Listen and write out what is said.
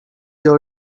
your